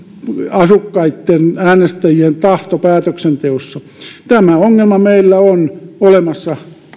asukkaitten ja äänestäjien tahto päätöksenteossa tämä ongelma meillä on olemassa